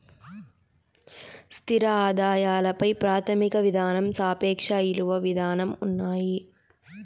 స్థిర ఆదాయాల పై ప్రాథమిక విధానం సాపేక్ష ఇలువ విధానం ఉన్నాయి